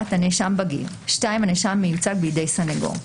הנאשם בגיר, הנאשם מיוצג בידי סניגור,